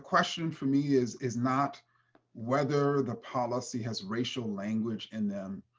question for me is is not whether the policy has racial language in them.